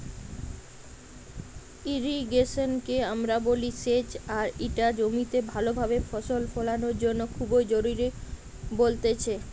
irrigation কে আমরা বলি সেচ আর ইটা জমিতে ভালো ভাবে ফসল ফোলানোর জন্য খুবই জরুরি বলতেছে